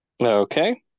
okay